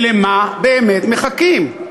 ולמה באמת מחכים?